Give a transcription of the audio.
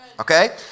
Okay